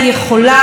תודה רבה.